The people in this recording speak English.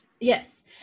Yes